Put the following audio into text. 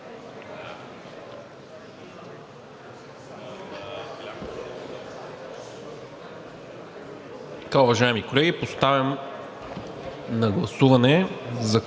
ли? Уважаеми колеги, поставям на гласуване